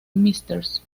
mrs